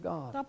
God